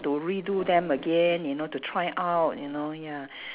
to redo them again you know to try out you know ya